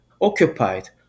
occupied